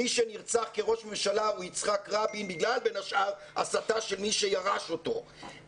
מי שנרצח כראש ממשלה הוא יצחק רבין בגלל בין השאר הסתה של מי שירש אותו,